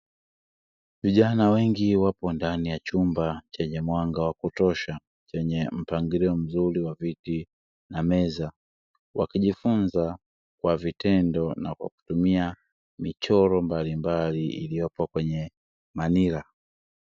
Vijana wengi wapo ndani ya chumba chenye mwanga wa kutosha chenye mpangilio mzuri wa viti na meza, wakijifunza kwa vitendo na kwa kutumia michoro mbalimbali iliyopo kwenye manila.